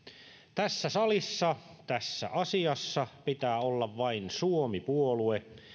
tässä salissa tässä asiassa pitää olla vain suomi puolue